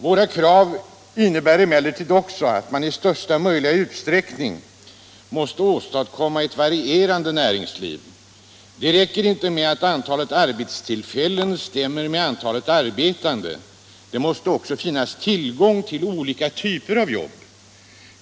Våra krav innebär också att man i största möjliga utsträckning skall åstadkomma ett varierat näringsliv. Det räcker inte med att antalet arbetstillfällen stämmer med antalet arbetande; det måste också finnas tillgång till olika typer av jobb.